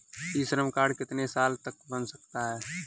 ई Shram card कितने साल तक बन सकता है?